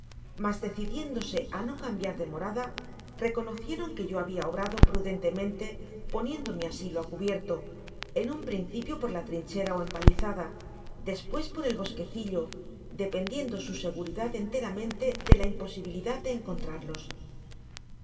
mas decidiéndose á no cambiar de morada reconocieron que yo habia obrado prudentemente poniendo mi asilo á cubierto en un principio por la trinchera ó empalizada despues por el bosquedllo dependiendo su seguridad enteramente de la imposibilidad de encontrarlos